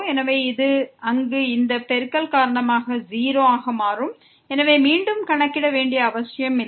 எனவே இது அங்கு இந்த பெருக்கல் காரணமாக 0 ஆக மாறும் எனவே மீண்டும் கணக்கிட வேண்டிய அவசியம் இல்லை